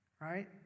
right